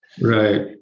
Right